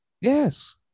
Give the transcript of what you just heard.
Yes